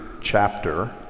chapter